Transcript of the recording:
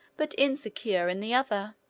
but insecure, in the other.